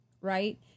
right